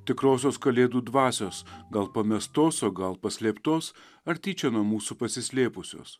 tikrosios kalėdų dvasios gal pamestos o gal paslėptos ar tyčia nuo mūsų pasislėpusios